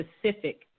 specific